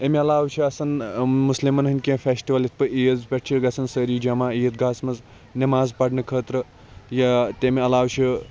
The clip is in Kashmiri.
امہِ عَلاوٕ چھِ آسان مُسلِمَن ہِنٛدۍ کینٛہہ فیٚسٹِوَل یِتھ پٲٹھۍ عیٖز پٮ۪ٹھ چھِ گَژھان سٲری جَمَع عید گَہَس مَنٛز نماز پَڑنہٕ خٲطرٕ یا تمہِ عَلاوٕ چھُ